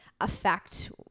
affect